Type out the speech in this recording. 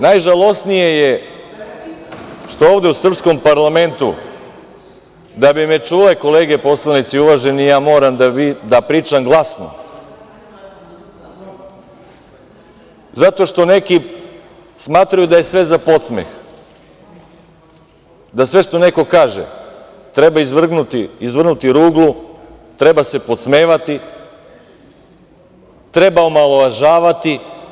Najžalosnije je što ovde u srpskom parlamentu, da bi me čule kolege poslanici uvaženi, ja moram da pričam glasno, zato što neki smatraju da je sve za podsmeh, da sve što neko kaže treba izvrgnuti, izvrgnuti ruglu, treba se podsmevati, treba omalovažavati.